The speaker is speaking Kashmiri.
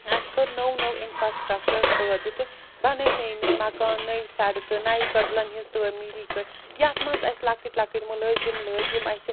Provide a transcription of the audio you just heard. اسہِ کٔر نٔو نٔو انفرٛاسٹرَکچر پٲدٕ تہٕ بناے نٔے نٔے مکان نٔے سڑکہٕ نیہِ کٔدلَن ہنٛز تعمیٖری کٲ یتھ منٛز اسہِ لۄکٕٹۍ کۄکٕٹۍ ملٲزم لٲگۍ یِم اسہِ